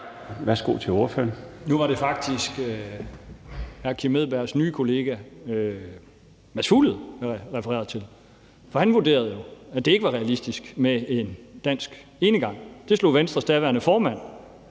Schack Pedersen (V): Nu var det faktisk hr. Kim Edberg Andersens nye kollega, Mads Fuglede, jeg refererede til, for han vurderede jo, at det ikke var realistisk at gå dansk enegang. Venstres daværende formand